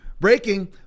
Breaking